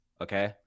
okay